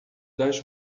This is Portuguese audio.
das